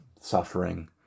suffering